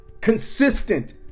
Consistent